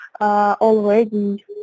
already